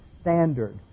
standard